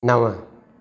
नव